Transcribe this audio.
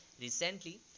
Recently